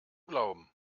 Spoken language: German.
glauben